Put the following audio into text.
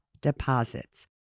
deposits